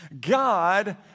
God